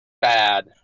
bad